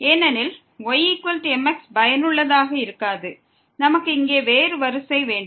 ஏனெனில் ymx பயனுள்ளதாக இருக்காது நமக்கு இங்கே வேறு வரிசை வேண்டும்